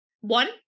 One